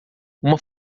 uma